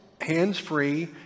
hands-free